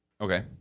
Okay